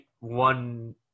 one